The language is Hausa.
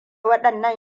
waɗannan